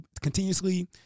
continuously